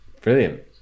Brilliant